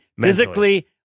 Physically